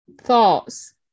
thoughts